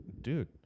dude